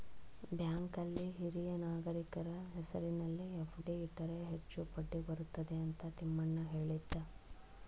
ಬ್ಯಾಂಕಲ್ಲಿ ಹಿರಿಯ ನಾಗರಿಕರ ಹೆಸರಿನಲ್ಲಿ ಎಫ್.ಡಿ ಇಟ್ಟರೆ ಹೆಚ್ಚು ಬಡ್ಡಿ ಬರುತ್ತದೆ ಅಂತ ತಿಮ್ಮಣ್ಣ ಹೇಳಿದ